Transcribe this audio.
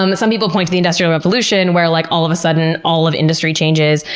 and some people point to the industrial revolution, where like all of a sudden all of industry changes.